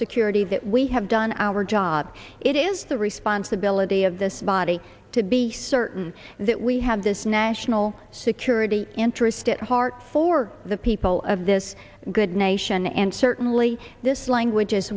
security that we have done our job it is the responsibility of this body to be certain that we have this national security interest at heart for the people of this good nation and certainly this language